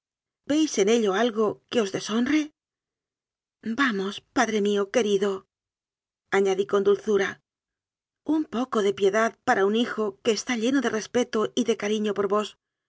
en ello algo que os deshonre vamos padre mío queridoañadí con dulzura un poco de piedad para un hijo que está lleno de respeto y de cariño por vos